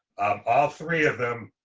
all three of them,